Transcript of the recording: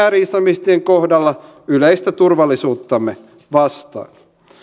ääri islamistien kohdalla yleistä turvallisuuttamme vastaan